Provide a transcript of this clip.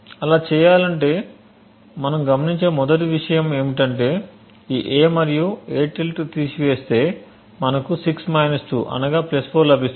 అలా చేయాలంటే మనం గమనించే మొదటి విషయం ఏమిటంటే మనం a నుండి a తీసివేస్తే మనకు 6 2 అనగా 4 లభిస్తుంది